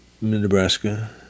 Nebraska